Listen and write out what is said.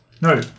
no